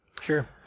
Sure